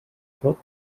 tot